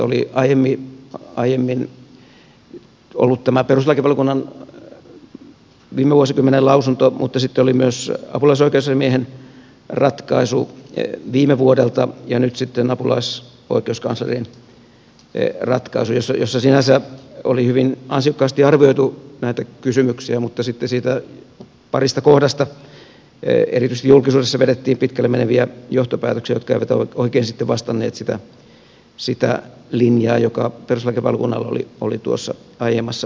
oli aiemmin ollut tämä perustuslakivaliokunnan viime vuosikymmenen lausunto mutta sitten oli myös apulaisoikeusasiamiehen ratkaisu viime vuodelta ja nyt sitten apulaisoikeuskanslerin ratkaisu jossa sinänsä oli hyvin ansiokkaasti arvioitu näitä kysymyksiä mutta sitten sen parista kohdasta erityisesti julkisuudessa vedettiin pitkälle meneviä johtopäätöksiä jotka eivät oikein sitten vastanneet sitä linjaa joka perustuslakivaliokunnalla oli tuossa aiemmassa tulkintaratkaisussaan ollut